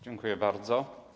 Dziękuję bardzo.